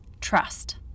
trust